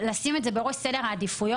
לשים את זה בראש סדר העדיפויות.